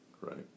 Right